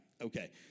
okay